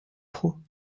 trou